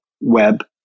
web